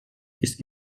ist